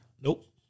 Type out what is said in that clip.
Nope